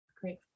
Great